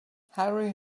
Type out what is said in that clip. harry